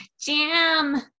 jam